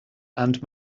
and